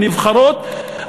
נבחרות,